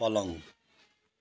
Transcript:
पलङ